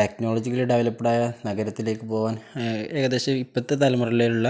technologically ഡെവലപ്ഡായ നഗരത്തിലേക്ക് പോകാൻ ഏകദേശം ഇപ്പോഴത്തെ തലമുറയിലുള്ള